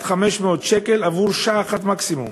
500 שקל עבור שעה אחת מקסימום.